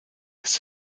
ist